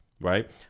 right